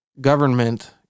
government